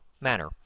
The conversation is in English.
manner